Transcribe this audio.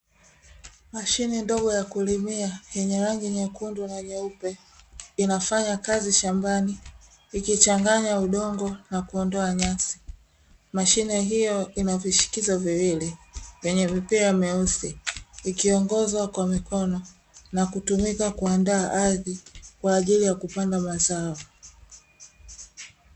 Mashine ndogo ya kulimia yenye rangi nyekundu na nyeupe, inafanya kazi shambani ikichanganya udongo na kuondoa nyasi. Mashine hiyo ina vishikizo viwili vyenye vipira mieusi, ikiongozwa kwa mikono na kutumika kuandaa ardhi kwa ajili ya kupanda mazao.